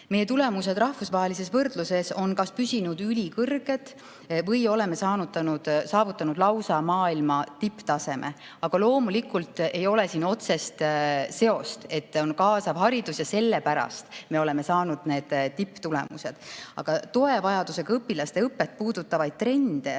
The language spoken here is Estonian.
Meie tulemused rahvusvahelises võrdluses on kas püsinud ülikõrged või oleme saavutanud lausa maailma tipptaseme. Aga loomulikult ei ole siin otsest seost, et on kaasav haridus ja sellepärast me oleme saavutanud need tipptulemused. Toevajadusega õpilaste õpet puudutavaid trende